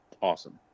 Awesome